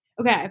Okay